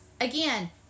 again